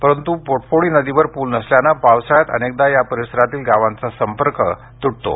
परंतु पोटफोडी नदीवर पूल नसल्याने पावसाळ्यात अनेकदा त्या परिसरातील गावांचा संपर्क इतर गावांशी तूटतो